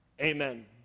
Amen